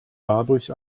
dadurch